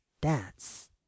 dance